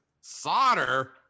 Solder